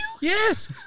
Yes